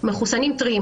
מחוסנים טריים.